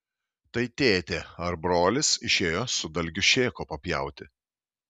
tai tėtė ar brolis išėjo su dalgiu šėko papjauti